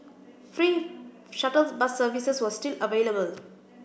free shuttles bus services were still available